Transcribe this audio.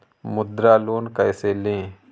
मुद्रा लोन कैसे ले?